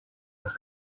خطر